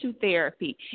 therapy